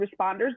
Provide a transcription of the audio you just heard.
responders